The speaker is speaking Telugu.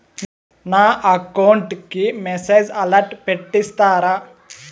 నా అకౌంట్ కి మెసేజ్ అలర్ట్ పెట్టిస్తారా